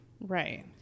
Right